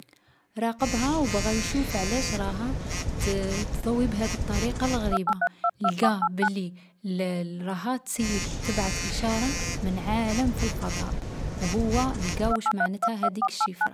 راقبها و بغا يشوف علاش راها تـ تضوّي بهاذ الطريقة الغريبة. لقا بلي الـ راها تسيي تبعث إشارة من عالم في الفضاء و هو لقا واش معنتها هاذيك الشيفرة.